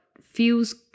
feels